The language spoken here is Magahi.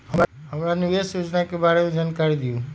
हमरा निवेस योजना के बारे में जानकारी दीउ?